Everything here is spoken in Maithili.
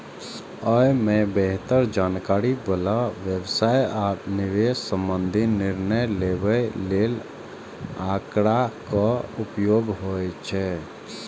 अय मे बेहतर जानकारी बला व्यवसाय आ निवेश संबंधी निर्णय लेबय लेल आंकड़ाक उपयोग होइ छै